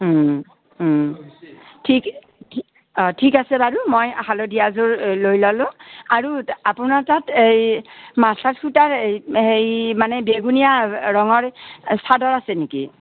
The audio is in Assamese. ওম ওম ঠিক ঠি অ ঠিক আছে বাৰু মই হালধীয়াযোৰ লৈ ল'লোঁ আৰু আপোনাৰ তাত এই সূতাৰ এ সেই মানে বেঙুনীয়া ৰঙৰ চাদৰ আছে নেকি